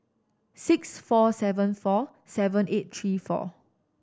six four seven four seven eight three four